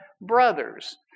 brothers